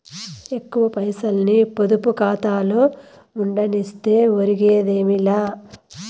ఎక్కువ పైసల్ని పొదుపు కాతాలో ఉండనిస్తే ఒరిగేదేమీ లా